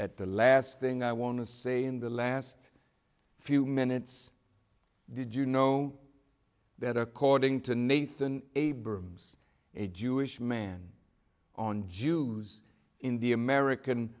at the last thing i want to say in the last few minutes did you know that according to nathan abrams a jewish man on jews in the american